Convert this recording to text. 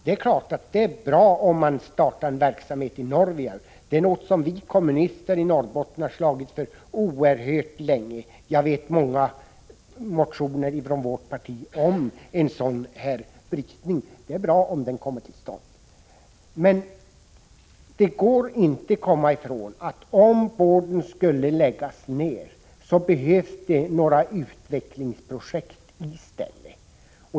Det är ju bra om man startar en verksamhet i Norvijaure. Detta är någonting som vi kommunister från Norrbotten har slagits för oerhört länge. Jag vet att vi har skrivit många motioner från vårt parti om en sådan brytning. Det är bra om den kommer till stånd. Men det går inte att komma ifrån att om boardtillverkningen skulle läggas ner, behövs det några utvecklingsprojekt i stället.